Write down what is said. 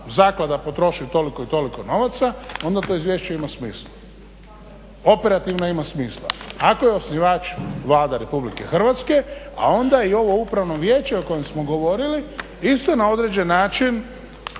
zaklada potrošiti toliko i toliko novaca onda to izvješće ima smisla, operativno ima smisla ako je osnivač Vlada Republike Hrvatske a onda je i ovo upravno vijeće o kojem smo govorili isto na određen način